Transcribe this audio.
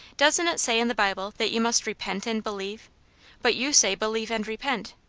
doesn't it say in the bible that you must repent and believe but you say believe and repent.